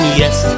yes